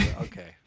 Okay